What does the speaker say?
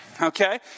okay